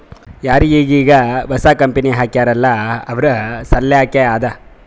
ಯಾರು ಈಗ್ ಈಗ್ ಹೊಸಾ ಕಂಪನಿ ಹಾಕ್ಯಾರ್ ಅಲ್ಲಾ ಅವ್ರ ಸಲ್ಲಾಕೆ ಅದಾ